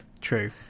True